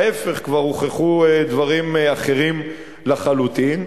ההיפך, כבר הוכחו דברים אחרים לחלוטין.